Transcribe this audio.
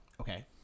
Okay